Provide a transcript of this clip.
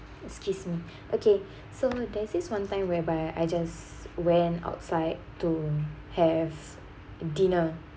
excuse me okay so there's this one time whereby I just went outside to have dinner